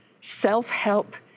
Self-help